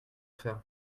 faire